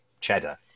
Cheddar